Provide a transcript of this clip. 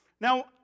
Now